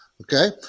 Okay